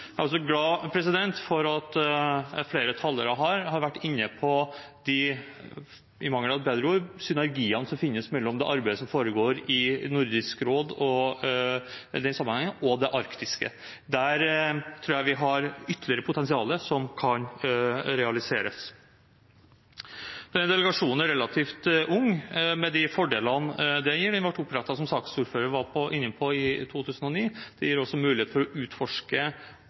Jeg er også glad for at flere talere her har vært inne på de – i mangel av et bedre ord – synergiene som i den sammenhengen finnes mellom det arbeidet som foregår i Nordisk råd, og det arktiske. Der tror jeg vi har et ytterligere potensial som kan realiseres. Delegasjonen er relativt ung, med de fordelene det gir. Den ble opprettet, som saksordføreren var inne på, i 2009. Det gir også mulighet for å utforske